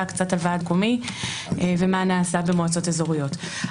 קצת על הוועד המקומי ומה נעשה במועצות אזוריות.